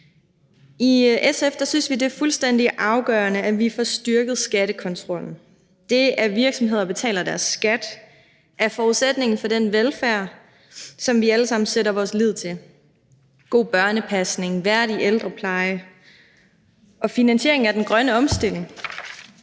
I SF synes vi, det er fuldstændig afgørende, at vi får styrket skattekontrollen. Det, at virksomheder betaler deres skat, er forudsætningen for den velfærd, som vi alle sammen sætter vores lid til – god børnepasning, værdig ældrepleje og finansiering af den grønne omstilling.